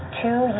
two